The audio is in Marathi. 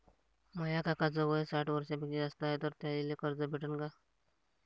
माया काकाच वय साठ वर्षांपेक्षा जास्त हाय तर त्याइले कर्ज भेटन का?